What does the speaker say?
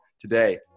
today